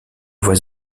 voix